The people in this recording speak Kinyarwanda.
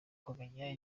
kumenya